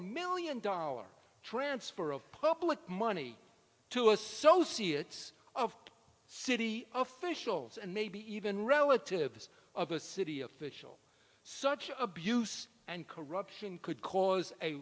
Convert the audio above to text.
a million dollar transfer of public money to associates of city officials and maybe even relatives of a city official such abuse and corruption could cause a